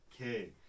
Okay